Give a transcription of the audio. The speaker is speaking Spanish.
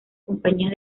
compañías